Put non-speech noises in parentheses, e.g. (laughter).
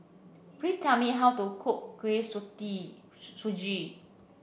please tell me how to cook Kuih (unintelligible) Suji